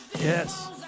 Yes